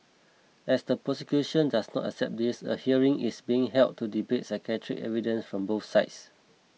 as the prosecution does not accept this a hearing is being held to debate psychiatric evidence from both sides